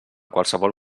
qualsevol